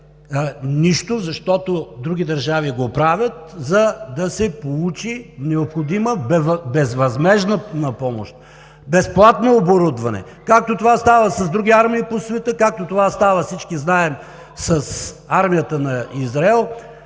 нищо, защото други държави го правят, за да получи необходима безвъзмездна помощ, безплатно оборудване, както това става с други армии по света, както това става, всички знаем, с армията на Израел.